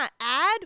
add